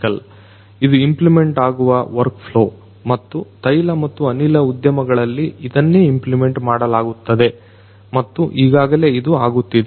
ಇದು ಇಂಪ್ಲಿಮೆಂಟ್ ಆಗುವ workflow ಮತ್ತು ತೈಲ ಮತ್ತು ಅನಿಲ ಉದ್ಯಮಗಳಲ್ಲಿ ಇದನ್ನೇ ಇಂಪ್ಲೇಮೆಂಟ್ ಮಾಡಲಾಗುತ್ತದೆ ಮತ್ತು ಈಗಾಗಲೇ ಇದು ಆಗುತ್ತಿದೆ ಈಗಾಗಲೇ ಇದು ಆಗುತ್ತಿದೆ